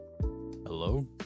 Hello